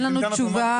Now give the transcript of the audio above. תגיד מה אתה רוצה.